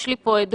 יש לי פה עדות,